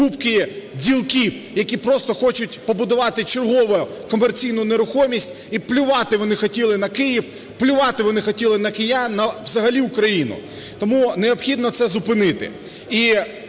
купки ділків, які просто хочуть побудувати чергову комерційну нерухомість і плювати вони хотіли на Київ, плювати вони хотіли на киян, на, взагалі, Україну. Тому необхідно це зупинити.